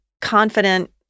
confident